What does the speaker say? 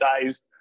days